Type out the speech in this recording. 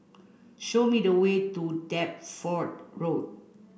show me the way to Deptford Road